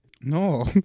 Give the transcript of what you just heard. No